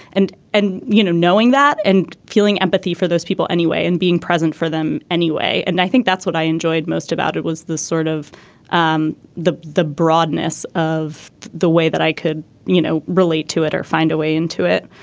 and and you know knowing that and feeling empathy for those people anyway and being present for them anyway. and i think that's what i enjoyed most about it was the sort of um the the broadness of the way that i could you know relate to it or find a way into it.